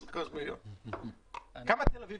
מהסכום הזה כמה קיבלה תל אביב?